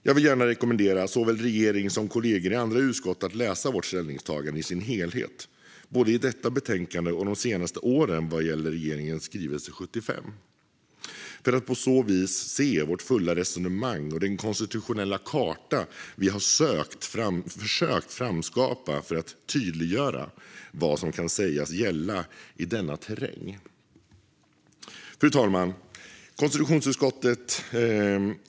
Jag vill gärna rekommendera såväl regering som kollegor i andra utskott att läsa vårt ställningstagande i sin helhet både i detta betänkande och de senaste årens vad gäller regeringens skrivelse 75, för att på så vis se vårt fulla resonemang och den konstitutionella karta vi har försökt framskapa för att tydliggöra vad som kan sägas gälla i denna terräng. Fru talman!